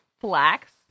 flax